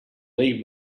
leave